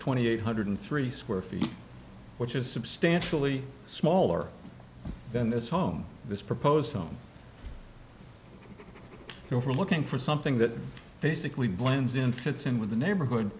twenty eight hundred three square feet which is substantially smaller than this home is proposed on you are looking for something that basically blends in fits in with the neighborhood